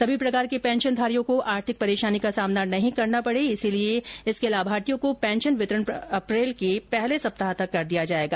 सभी प्रकार के पेंशनधारियों को आर्थिक परेशानी का सामना नहीं करना पडे इसलिए इसके लाभार्थियों को पेंशन वितरण अप्रेल के पहले सप्ताह तक कर दिया जाएगा